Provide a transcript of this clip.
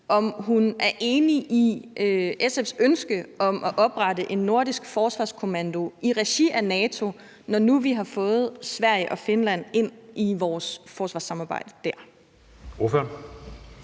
om hun er enig i SF's ønske om at oprette en nordisk forsvarskommando i regi af NATO, når nu vi har fået Sverige og Finland ind i vores forsvarssamarbejde dér. Kl.